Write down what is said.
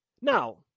now